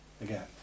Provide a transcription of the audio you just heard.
again